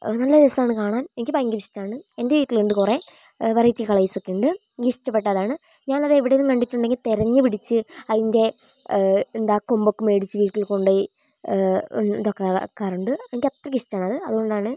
അത് നല്ല രസാണ് കാണാൻ എനിക്ക് ഭയങ്കര ഇഷ്ടാണ് എൻ്റെ വീട്ടിലുണ്ട് കുറെ വെറൈറ്റി കളേഴ്സൊക്കെയുണ്ട് എനിക്കിഷ്ടപ്പെട്ട അതാണ് ഞാനത് എവിടേലും കണ്ടിട്ടുണ്ടെങ്കിൽ തെരഞ്ഞുപിടിച്ച് അതിൻ്റെ എന്താ കൊമ്പൊക്കെ മേടിച്ച് വീട്ടിൽക്കൊണ്ടുപോയി ഇതൊക്കെ ആക്കാറുണ്ട് എനിക്കത്രയ്ക്കും ഇഷ്ടാണത് അതുകൊണ്ടാണ്